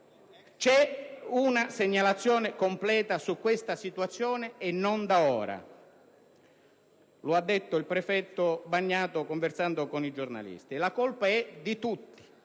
è una segnalazione completa su questa situazione, e non da ora; come ha detto il prefetto Bagnato conversando con i giornalisti, la colpa è di tutti.